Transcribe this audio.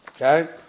Okay